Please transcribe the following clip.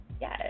yes